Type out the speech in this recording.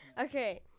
Okay